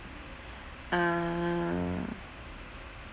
ah